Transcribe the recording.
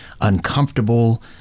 uncomfortable